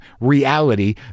reality